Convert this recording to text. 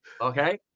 Okay